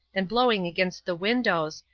and blowing against the windows,